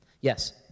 Yes